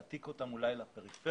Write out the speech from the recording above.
להעתיק אותם אולי לפריפריה,